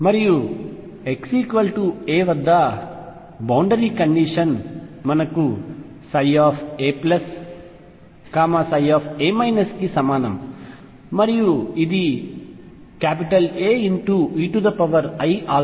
మరియు x a వద్ద సబౌండరీ కండిషన్ మనకు ψa ψ కి సమానం మరియు ఇది AeiαaBe iαa